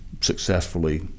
successfully